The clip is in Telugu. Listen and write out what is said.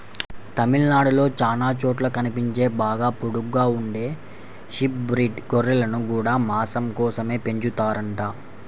తమిళనాడులో చానా చోట్ల కనిపించే బాగా పొడుగ్గా ఉండే షీప్ బ్రీడ్ గొర్రెలను గూడా మాసం కోసమే పెంచుతారంట